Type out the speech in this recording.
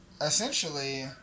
essentially